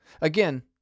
Again